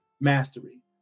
mastery